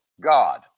God